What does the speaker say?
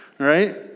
right